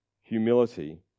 humility